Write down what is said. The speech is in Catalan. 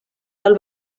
del